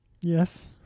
Yes